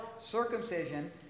circumcision